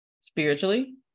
spiritually